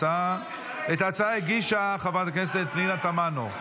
הצעה מס' 4119. את ההצעה הגישה חברת הכנסת פנינה תמנו,